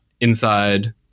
inside